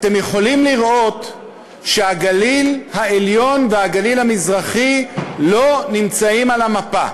אתם יכולים לראות שהגליל העליון והגליל המזרחי לא נמצאים על המפה.